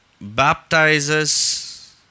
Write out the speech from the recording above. baptizes